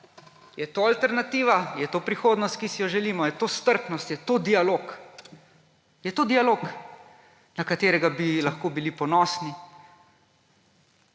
je to alternativa? Ali je to prihodnost, ki si jo želimo? Ali je to strpnost, ali je to dialog? Ali je to dialog, na katerega bi lahko bili ponosni?